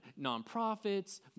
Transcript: nonprofits